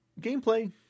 gameplay